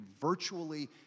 virtually